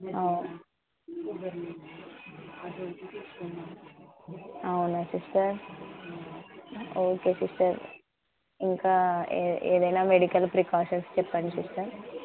అ అవునా sister okay sister ఇంకా ఏ ఏదైనా మెడికల్ ప్రికాషన్స్ చెప్పండి సిస్టర్